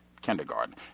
kindergarten